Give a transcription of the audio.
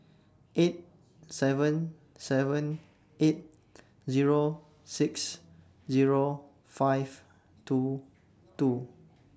eight seven seven eight Zero six Zero five two two